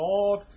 Lord